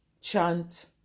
chant